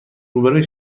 روبروی